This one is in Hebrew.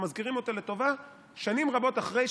אנחנו מזכירים אותו לטובה שנים רבות אחרי,